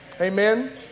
Amen